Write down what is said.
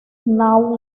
snow